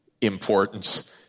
importance